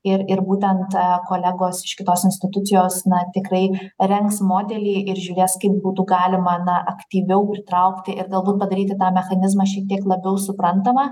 ir ir būtent kolegos iš kitos institucijos na tikrai rengs modelį ir žiūrės kaip būtų galima na aktyviau pritraukti ir galbūt padaryti tą mechanizmą šiek tiek labiau suprantamą